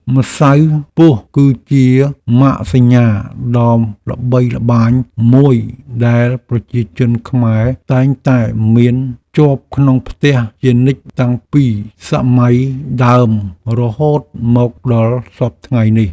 ម្សៅពស់គឺជាម៉ាកសញ្ញាដ៏ល្បីល្បាញមួយដែលប្រជាជនខ្មែរតែងតែមានជាប់ក្នុងផ្ទះជានិច្ចតាំងពីសម័យដើមរហូតមកដល់សព្វថ្ងៃនេះ។